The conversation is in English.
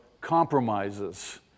compromises